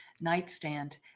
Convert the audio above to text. nightstand